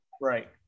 right